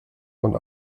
und